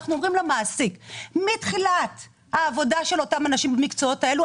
אנחנו אומרים למעסיק שמתחילת העבודה של אותן נשים במקצועות האלו,